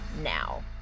now